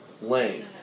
Lane